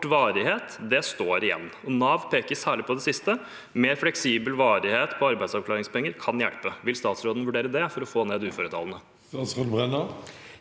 kort varighet står igjen. Nav peker særlig på det siste: Mer fleksibel varighet på arbeidsavklaringspenger kan hjelpe. Vil statsråden vurdere det for å få ned uføretallene?